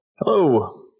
Hello